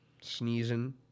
sneezing